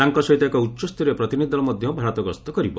ତାଙ୍କ ସହିତ ଏକ ଉଚ୍ଚସ୍ତରୀୟ ପ୍ରତିନିଧି ଦଳ ମଧ୍ୟ ଭାରତ ଗସ୍ତ କରିବ